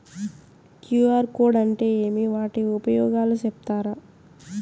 QR code అంటే ఏమి వాటి ఉపయోగాలు సెప్తారా?